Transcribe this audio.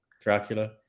Dracula